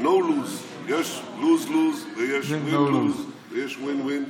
יש lose-lose ויש no lose ויש win-win.